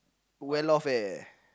well off leh